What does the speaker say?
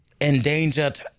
endangered